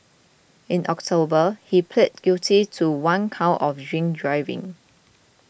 in October he pleaded guilty to one count of drink driving